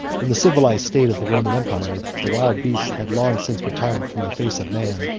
in the civilized state of the roman empire, the wild beasts had long since retired from the face of man,